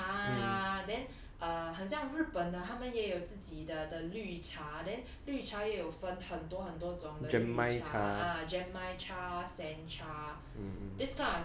那种乌龙茶 ah then err 很像日本的他们也有自己的的绿茶 then 绿茶也有分很多很多种